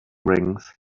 rings